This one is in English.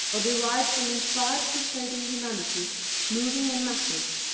or derived from inspired crusading humanity moving in masses,